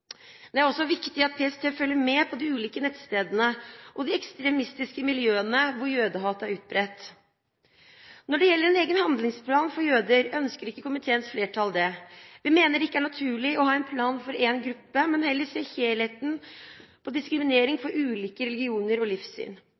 Det er også viktig at PST følger med på de ulike nettstedene og de ekstremistiske miljøene hvor jødehat er utbredt. Når det gjelder en egen handlingsplan for jøder, ønsker ikke komiteens flertall det. Vi mener at det ikke er naturlig å ha en plan for én gruppe, men heller se helheten når det gjelder diskriminering av ulike religioner og livssyn.